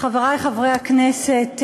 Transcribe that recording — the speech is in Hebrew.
חברי חברי הכנסת,